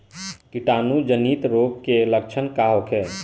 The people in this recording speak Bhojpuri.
कीटाणु जनित रोग के लक्षण का होखे?